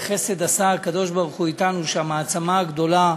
וחסד עשה הקדוש-ברוך-הוא אתנו שהמעצמה הגדולה